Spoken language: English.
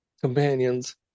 companions